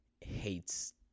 hates